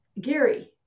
Gary